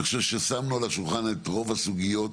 אני חושב ששמנו על השולחן את רוב הסוגיות.